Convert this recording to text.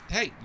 Hey